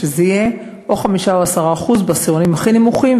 שזה יהיה או 5% או 10% בעשירונים הכי נמוכים,